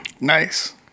nice